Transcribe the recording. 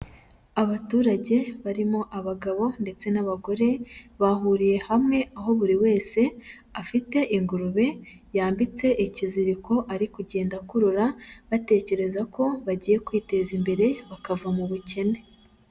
Abaturage barimo abagabo ndetse n'abagore bahuriye hamwe aho buri wese afite ingurube yambitse ikiziriko ari kugenda akurura batekereza ko bagiye kwiteza imbere bakava mu bukene.